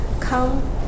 come